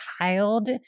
child